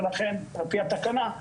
ולכן על פי התקנה,